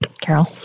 Carol